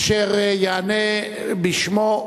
אשר יענה בשמו,